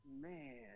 Man